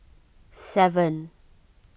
seven